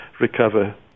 recover